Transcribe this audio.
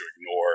ignore